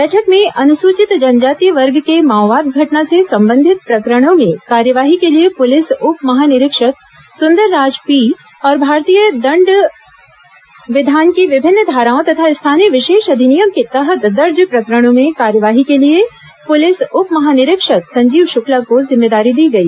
बैठक में अनुसूचित जनजाति वर्ग के माओवाद घटना से संबंधित प्रकरणों में कार्यवाही के लिए पुलिस उप महानिरीक्षक सुंदरराज पी और भारतीय दंड विधान की विभिन्न धाराओं तथा स्थानीय विशेष अधिनियम के तहत दर्ज प्रकरणों में कार्यवाही के लिए पुलिस उप महानिरीक्षक संजीव शुक्ला को जिम्मेदारी दी गई